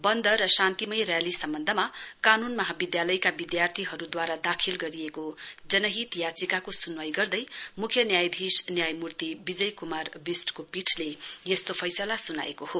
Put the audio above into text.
वन्द र शान्ति रेली सम्वन्धमा कानून महाविधालयका विधार्थीहरुद्वारा दाखिल गरिएको जनहित याचिकाको सुनवाई गर्दै मुख्य न्यायाधीश न्यायमूर्ति विजय कुमार निष्टको पीठले यस्तो फैसला सुनाएको हो